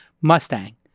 Mustang